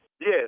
Yes